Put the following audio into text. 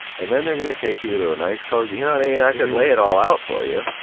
and then they're gonna take you to a nice cozy. you know and yeah i could lay it all out for you,